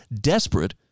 desperate